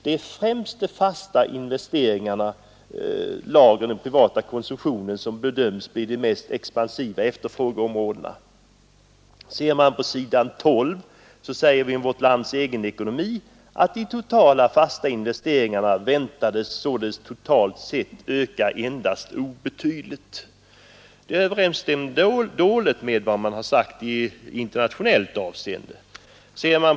Det är främst de fasta investeringarna, lagren och den privata konsumtionen som bedöms bli de mest expansiva efterfrågeområdena.” På s. 12 sägs om vårt lands egen ekonomi: ”De totala fasta investeringarna väntades således totalt sett öka endast obetydligt.” Det överensstämmer dåligt med vad man har sagt i internationellt avseende.